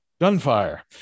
gunfire